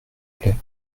plait